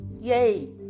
yay